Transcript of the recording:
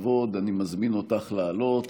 בכבוד אני מזמין אותך לעלות